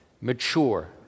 mature